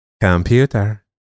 Computer